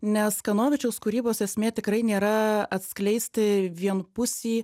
nes kanovičiaus kūrybos esmė tikrai nėra atskleisti vienpusį